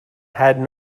had